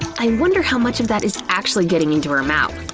i wonder how much of that is actually getting into her mouth.